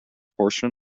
portion